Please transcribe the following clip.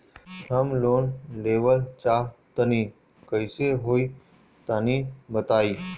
हम लोन लेवल चाह तनि कइसे होई तानि बताईं?